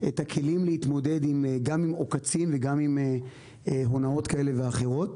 את הכלים להתמודד גם עם עוקצים וגם עם הונאות כאלה ואחרות.